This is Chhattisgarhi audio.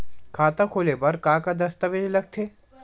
खाता खोले बर का का दस्तावेज लगथे?